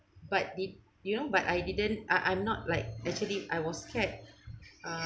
but did you know but I didn't I I'm not like actually I was scared uh